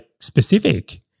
specific